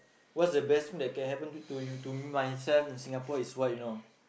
what's the best that can happen to you to me myself in Singapore is what you know